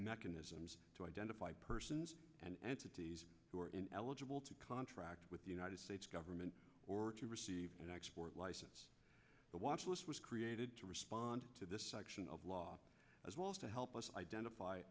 mechanisms to identify persons and entities who are ineligible to contract with the united states government or to receive an export license the watch list was created to respond to this section of law as well as to help us identify